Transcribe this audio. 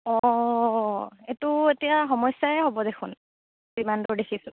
অ' এইটো এতিয়া সমস্যাই হ'ব দেখোন যিমান দূৰ দেখিছোঁ